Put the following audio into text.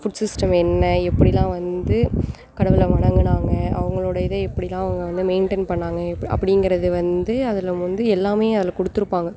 food system என்ன எப்படிலாம் வந்து கடவுளை வணங்குனாங்க அவங்களோட இதை எப்படிலாம் அவங்க வந்து மெயிண்டன் பண்ணாங்க எப் அப்படிங்கிறது வந்து அதில் நம்ம வந்து எல்லாமே அதில் கொடுத்துருப்பாங்க